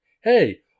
Hey